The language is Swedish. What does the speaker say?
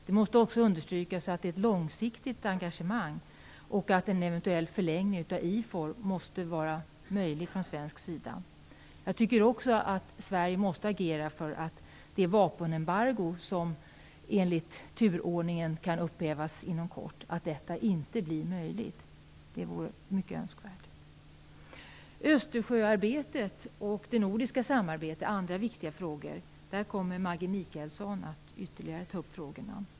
Det måste också understrykas att det är ett långsiktigt engagemang och att en eventuellt förlängd medverkan i IFOR måste vara möjlig från svensk sida. Jag tycker också att Sverige måste agera för att upphävandet av vapenembargot, som enligt turordningen kan bli aktuellt inom kort, inte blir möjligt. Det vore önskvärt. Östersjösamarbetet och det nordiska samarbetet är andra viktiga frågor. De frågorna kommer Maggi Mikaelsson att ta upp.